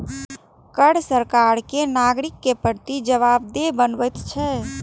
कर सरकार कें नागरिक के प्रति जवाबदेह बनबैत छै